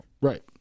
Right